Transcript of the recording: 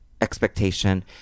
expectation